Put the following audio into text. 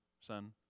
Son